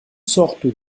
sortes